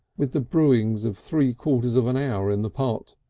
with the brewings of three-quarters of an hour in the pot,